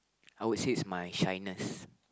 I would say it's my shyness